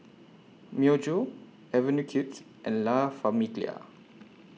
Myojo Avenue Kids and La Famiglia